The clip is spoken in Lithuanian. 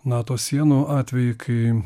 nato sienų atvejį kai